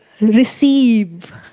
receive